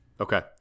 Okay